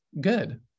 Good